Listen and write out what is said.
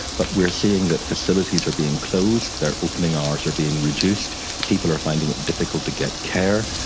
but we are seeing that facilities are being closed, their opening hours are being reduced, people are finding it difficult to get care.